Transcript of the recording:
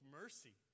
mercy